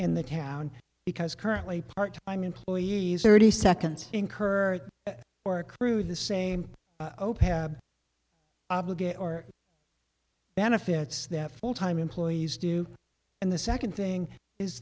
in the town because currently part time employees are already second incur or accrue the same obligation or benefits there full time employees do and the second thing is